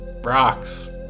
rocks